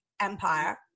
Empire